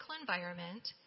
environment